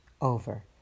over